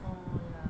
oh ya